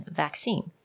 vaccine